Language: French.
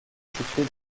située